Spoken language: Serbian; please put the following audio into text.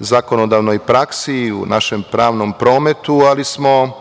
zakonodavnoj praksi i u našem pravnom prometu, ali smo